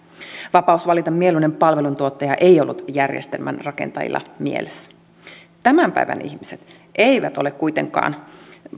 vapaus valita mieluinen palveluntuottaja ei ollut järjestelmän rakentajilla mielessä tämän päivän ihmiset eivät ole kuitenkaan